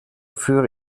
führte